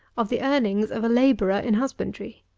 of the earnings of a labourer in husbandry.